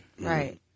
right